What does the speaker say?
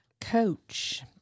Coach